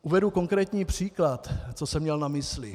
Uvedu konkrétní příklad, co jsem měl na mysli.